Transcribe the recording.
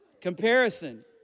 Comparison